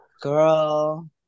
girl